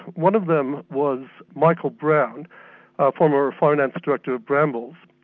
one of them was michael brown, a former finance director of bramble's,